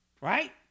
Right